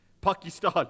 Pakistan